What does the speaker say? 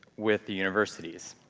with the universities.